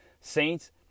Saints